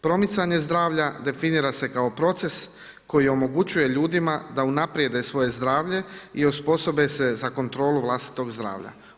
Promicanje zdravlja definira se kao proces koji omogućuje ljudima da unaprijede svoje zdravlje i osposobe se za kontrolu vlastitog zdravlja.